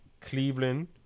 Cleveland